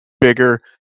bigger